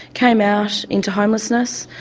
came out into homelessness,